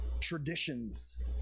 traditions